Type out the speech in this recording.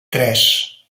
tres